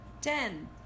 Ten